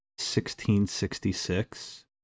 1666